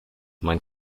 mein